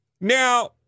Now